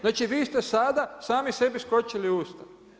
Znači vi ste sada sami sebi skočili u usta.